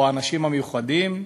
או האנשים המיוחדים,